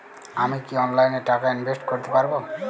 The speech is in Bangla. আমি কি অনলাইনে টাকা ইনভেস্ট করতে পারবো?